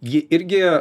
jį irgi